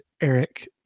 Eric